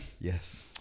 Yes